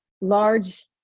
large